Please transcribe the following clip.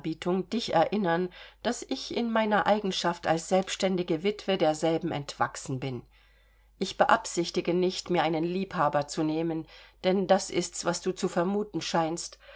dich erinnern daß ich in meiner eigenschaft als selbstständige witwe derselben entwachsen bin ich beabsichtige nicht mir einen liebhaber zu nehmen denn das ist's was du zu vermuten scheinst